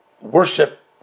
worship